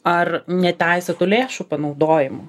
ar neteisėtų lėšų panaudojimo